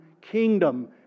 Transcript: kingdom